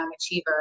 achiever